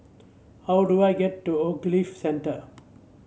how do I get to Ogilvy Centre